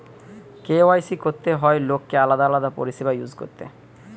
KYC করতে হয় লোককে আলাদা আলাদা পরিষেবা ইউজ করতে